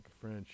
French